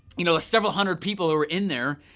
you know, several hundred people who were in there,